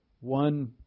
One